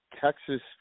Texas